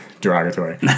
derogatory